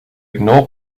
ignore